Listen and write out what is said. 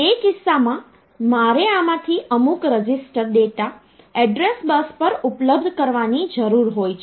તે કિસ્સામાં મારે આમાંથી અમુક રજિસ્ટર ડેટા એડ્રેસ બસ પર ઉપલબ્ધ કરાવવાની જરૂર હોય છે